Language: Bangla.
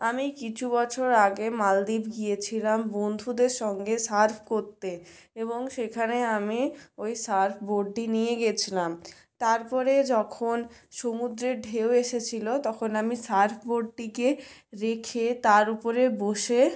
আমি কিছু বছর আগে মালদ্বীপ গিয়েছিলাম বন্ধুদের সঙ্গে সার্ফ করতে এবং সেখানে আমি ওই সার্ফবোর্ডটি নিয়ে গেছিলাম তারপরে যখন সমুদ্রের ঢেউ এসেছিলো তখন আমি সার্ফবোর্ডটিকে রেখে তার উপরে বসে